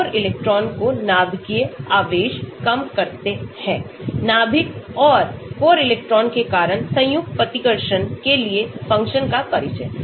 core electron को नाभिकीय आवेश कम करते हैं नाभिक और कोर इलेक्ट्रॉन के कारण संयुक्त प्रतिकर्षण के लिए फ़ंक्शन का परिचय